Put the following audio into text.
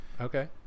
Okay